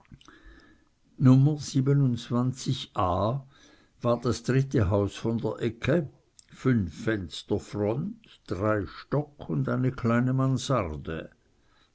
nummer a war das dritte haus von der ecke fünf fenster front drei stock und eine kleine mansarde